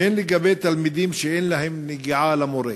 והן לגבי תלמידים שאין להם נגיעה למורה?